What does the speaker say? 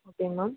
ஓகேங்க மேம்